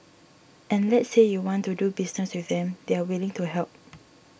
and let's say you want to do business with them they're willing to help